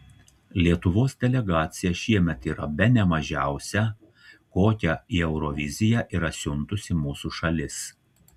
lietuvos delegacija šiemet yra bene mažiausia kokią į euroviziją yra siuntusi mūsų šalis